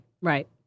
Right